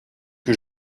que